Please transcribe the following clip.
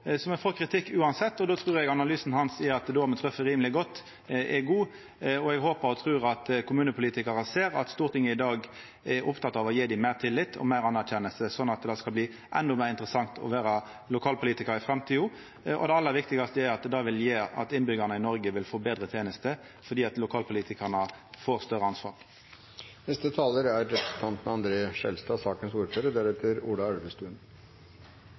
Så me får kritikk uansett, og då trur eg analysen hans – at då har me treft rimeleg godt – er god. Eg håpar og trur at kommunepolitikarane ser at Stortinget i dag er oppteke av å gje dei meir tillit og større anerkjenning, slik at det blir endå meir interessant å vera lokalpolitikar i framtida. Det aller viktigaste er at det vil gjera at innbyggjarane i Noreg vil få betre tenester fordi lokalpolitikarane får større ansvar. Jeg legger merke til at representanten